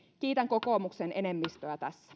kiitän kokoomuksen enemmistöä tässä